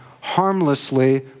harmlessly